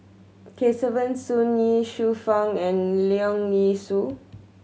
Kesavan Soon Ye Shufang and Leong Yee Soo